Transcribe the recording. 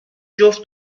جفت